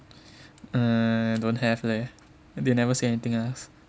err don't have leh they never say anything else